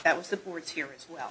that was the board's here as well